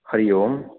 Hari Om